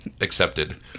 Accepted